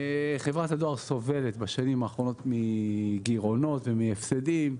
בשנים האחרונות חברת הדואר סובלת מגירעונות והפסדים.